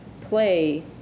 play